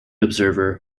observer